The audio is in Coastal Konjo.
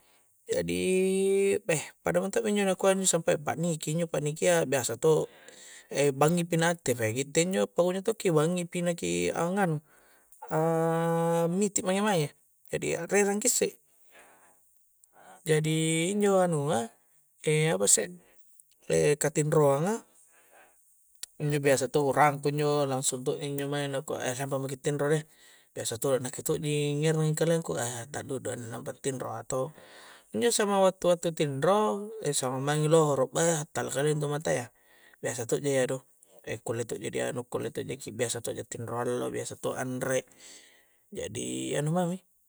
Jadi beh, pada mento' mi injo nakua injo sumpae pakniki, injo paknikia biasa to' bangngi pi na aktif gitte injo pakunjo tokki bangngi pi na ki angnganu ammiti mange-mange jadi akrerang ki isse jadi injo anua apasse katinroanga injo biasa to' urangku injo langsung to' injo mae nakua lampa maki tinro deh biasa to' nakke to' ji ngerangi kaleng ku takduddu a inni lampa a tinro atau injo samang wattu-wattu tinro samang maingi lohoro beh hattala kalia intu matayya biasa to'ja iya do kulle to' ji di anu, kulle to' jaki biasa to' ja tinro allo, biasa to' anre jadi anu mami